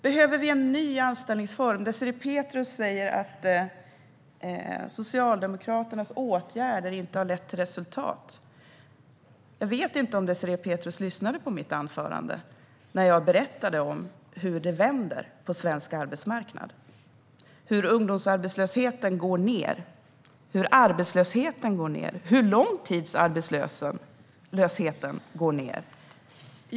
Behöver vi en ny anställningsform? Désirée Pethrus säger att Socialdemokraternas åtgärder inte har lett till resultat. Jag vet inte om Désirée Pethrus lyssnade när jag i mitt huvudanförande berättade om hur det vänder på svensk arbetsmarknad, hur ungdomsarbetslösheten går ned, hur långtidsarbetslösheten går ned och hur arbetslösheten i allmänhet går ned.